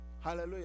Hallelujah